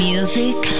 Music